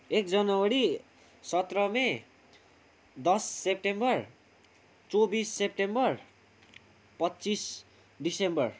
एक जनवरी सत्र मई दस सेप्टेम्बर चौबिस सेप्टेम्बर पच्चिस दिसम्बर